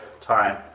time